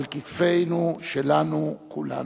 על כתפינו שלנו, כולנו,